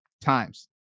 times